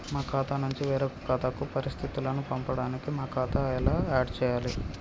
మా ఖాతా నుంచి వేరొక ఖాతాకు పరిస్థితులను పంపడానికి మా ఖాతా ఎలా ఆడ్ చేయాలి?